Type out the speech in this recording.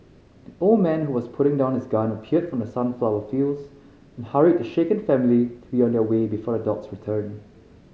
an old man who was putting down his gun appeared from the sunflower fields and hurried the shaken family to be on their way before the dogs return